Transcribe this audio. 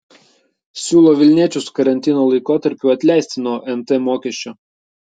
siūlo vilniečius karantino laikotarpiu atleisti nuo nt mokesčio